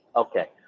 okay.